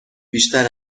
بیشتر